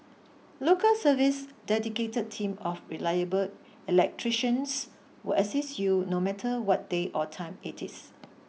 Local Service's dedicated team of reliable electricians will assist you no matter what day or time it is